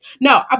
No